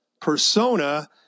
persona